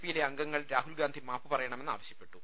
P യിലെ അംഗങ്ങൾ രാഹുൽഗാന്ധി മാപ്പുപറയണമെന്നാവശ്യപ്പെട്ടു